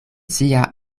sia